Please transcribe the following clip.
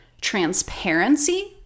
transparency